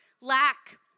lack